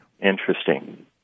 Interesting